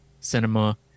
cinema